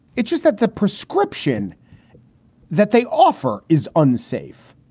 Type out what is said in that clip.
it's just that the prescription that they offer is unsafe.